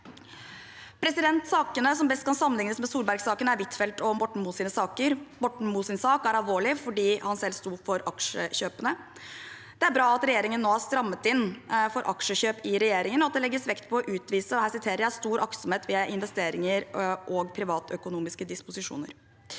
uvitenhet. Sakene som best kan sammenlignes med Solbergsaken, er sakene til Huitfeldt og Borten Moe. Borten Moes sak er alvorlig fordi han selv sto for aksjekjøpene. Det er bra at regjeringen nå har strammet inn for aksjekjøp i regjeringen, og at det legges vekt på å utvise «stor aktsomhet ved investeringer og privatøkonomiske disposisjoner».